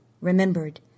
remembered